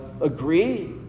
agree